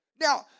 Now